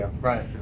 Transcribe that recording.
right